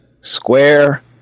Square